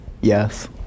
Yes